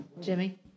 Jimmy